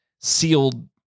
sealed